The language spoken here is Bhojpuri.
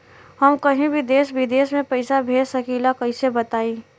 हम कहीं भी देश विदेश में पैसा भेज सकीला कईसे बताई?